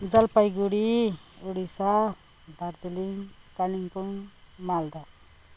Jalpaiguri Odisha Darjeeling Kalimpong Malda